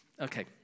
Okay